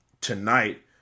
tonight